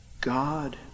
God